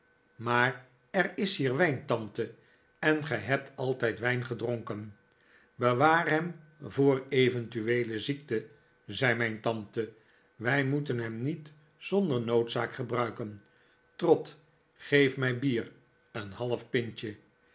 maar er is hier wijn tante en gij hebt altijd wijn gedronken bewaar hem voor eventueele ziekte zei mijn tante wij moeten hem niet zonder noodzaak gebruiken trot geef mij bier een half pintje